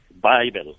Bible